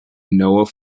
noah